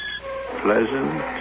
pleasant